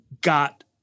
got